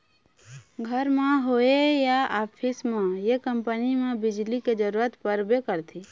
घर म होए या ऑफिस म ये कंपनी म बिजली के जरूरत परबे करथे